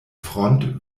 front